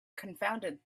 confounded